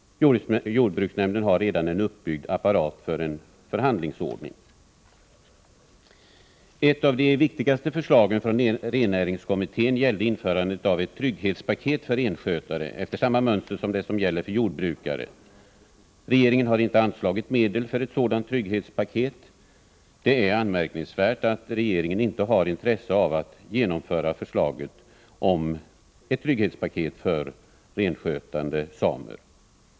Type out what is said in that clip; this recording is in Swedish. Jordbruksnämnden har redan en apparat uppbyggd för en förhandlingsordning. Ett av de viktigaste förslagen från rennäringskommittén gällde införande av ett trygghetspaket för renskötare, efter samma mönster som det som gäller för jordbrukare. Regeringen har inte anslagit medel för ett sådant trygghetspaket. Det är anmärkningsvärt att regeringen inte har intresse för att genomföra förslaget om ett trygghetspaket för renskötande samer.